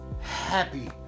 happy